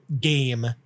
game